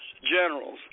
Generals